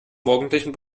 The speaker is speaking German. morgendlichen